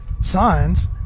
signs